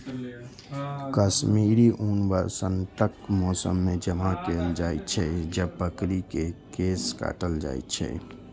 कश्मीरी ऊन वसंतक मौसम मे जमा कैल जाइ छै, जब बकरी के केश काटल जाइ छै